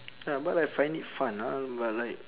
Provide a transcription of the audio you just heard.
ya but I find it fun ah but like